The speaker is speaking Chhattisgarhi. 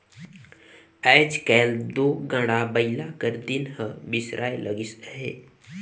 आएज काएल दो गाड़ा बइला कर दिन हर बिसराए लगिस अहे